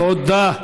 תודה.